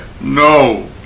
No